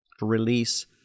release